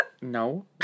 No